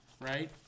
right